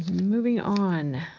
moving on.